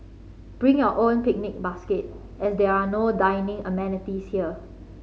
bring your own picnic basket as there are no dining amenities here